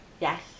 yes